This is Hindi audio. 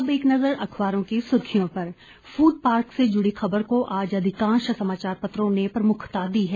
अब एक नजर अखबारों की सुर्खियों पर फूड पार्क से जुड़ी खबर को आज अधिकांश समाचारपत्रों ने प्रमुखता दी है